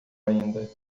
ainda